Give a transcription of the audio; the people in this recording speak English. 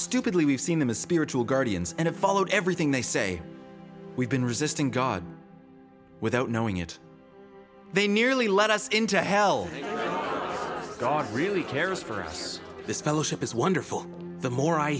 stupidly we've seen them as spiritual guardians and followed everything they say we've been resisting god without knowing it they nearly led us into hell god really cares for us this fellowship is wonderful the more i